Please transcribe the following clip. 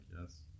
yes